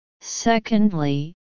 secondly